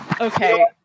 Okay